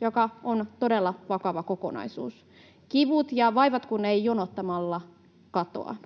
mikä on todella vakava kokonaisuus — kivut ja vaivat kun eivät jonottamalla katoa.